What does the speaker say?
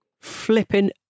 flipping